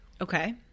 Okay